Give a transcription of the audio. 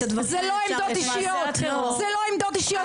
זה לא עמדות אישיות.